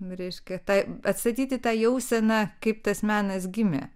reiškia tai atstatyti tą jauseną kaip tas menas gimė